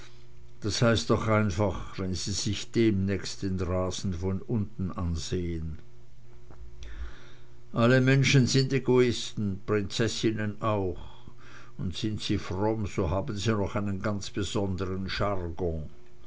das heißt doch einfach wenn sie sich demnächst den rasen von unten ansehn alle menschen sind egoisten prinzessinnen auch und sind sie fromm so haben sie noch einen ganz besonderen jargon